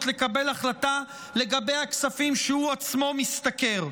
לקבל החלטה לגבי הכספים שהוא עצמו משתכר.